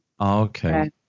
Okay